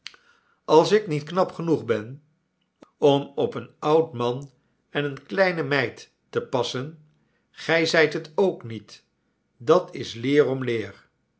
als ik niet knap genoeg ben om op een oud man en eene kleine meid te passen gij zijt het ook niet dat is leer om leer